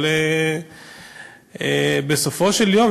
אבל בסופו של יום,